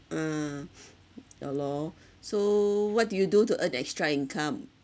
uh ya lor so what do you do to earn extra income